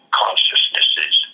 consciousnesses